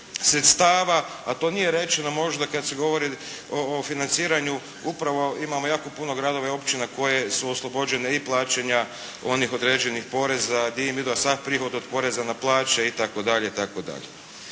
sredstava, a to nije rečeno možda kad se govori o financiranju, upravo imamo jako puno gradova i općina koje su oslobođene i plaćanja onih određenih poreza, gdje im ide sav prihod od poreza na plaće itd.,